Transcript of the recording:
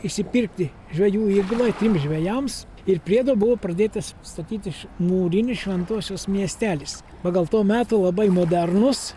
išsipirkti žvejų įgulai trims žvejams ir priedo buvo pradėtas statyti ši mūrinis šventosios miestelis pagal to meto labai modernus